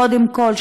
קודם כול,